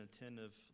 attentive